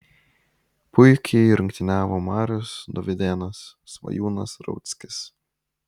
puikiai rungtyniavo marius dovydėnas svajūnas rauckis